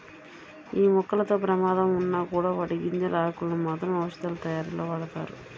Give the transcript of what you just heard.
యీ మొక్కలతో ప్రమాదం ఉన్నా కూడా వాటి గింజలు, ఆకులను మాత్రం ఔషధాలతయారీలో వాడతారు